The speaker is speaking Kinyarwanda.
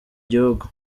gihugu